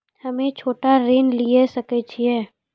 हम्मे छोटा ऋण लिये सकय छियै?